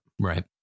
right